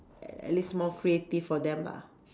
at least more creative for them lah